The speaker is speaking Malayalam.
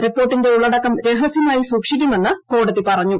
റിപ്പോർട്ടിന്റെ ഉള്ളടക്കം രഹസ്യമായി സൂക്ഷിക്കുമെന്ന് കോടതി പറഞ്ഞു